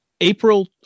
April